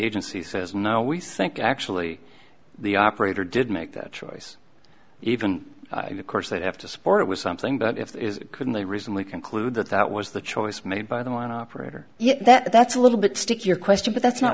agency says now we think actually the operator did make that choice even in the course they'd have to support it was something but if they couldn't they reasonably conclude that that was the choice made by the mine operator yes that that's a little bit stick your question but that's not